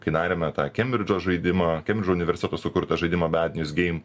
kai darėme tą kembridžo žaidimą kembridžo universiteto sukurtą žaidimą bed njus geim